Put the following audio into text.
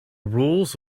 rules